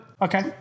Okay